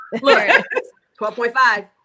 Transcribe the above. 12.5